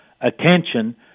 attention